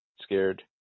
scared